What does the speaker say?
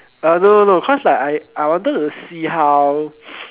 uh no no no cause like I I wanted to see how